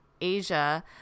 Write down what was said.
Asia